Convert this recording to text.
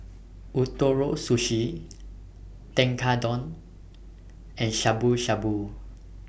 Ootoro Sushi Tekkadon and Shabu Shabu